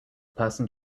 person